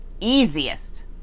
easiest